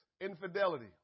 infidelity